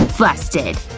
busted!